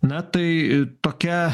na tai tokia